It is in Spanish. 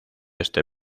este